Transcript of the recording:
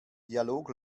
dialog